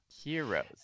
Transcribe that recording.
Heroes